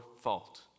fault